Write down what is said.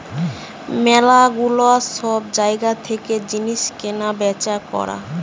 ম্যালা গুলা সব জায়গা থেকে জিনিস কেনা বেচা করা